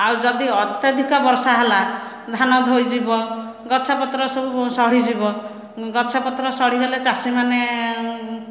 ଆଉ ଯଦି ଅତ୍ୟଧିକ ବର୍ଷା ହେଲା ଧାନ ଧୋଇଯିବ ଗଛପତ୍ର ସବୁ ସଢ଼ି ଯିବ ଗଛ ପତ୍ର ସଢ଼ି ଗଲେ ଚାଷୀମାନେ